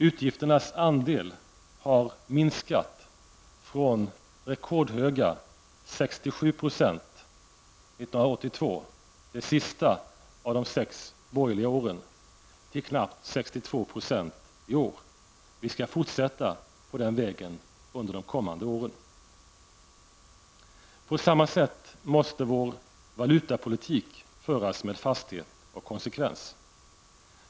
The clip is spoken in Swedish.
Utgifternas andel har minskat från rekordhöga 67 % 1982, det sista av de sex borgerliga åren, till knappt 62 % i år. Vi skall fortsätta på den vägen under de kommande åren. På samma sätt måste vår valutapolitik föras med fasthet och konsekvens.